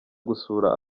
gusura